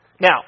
Now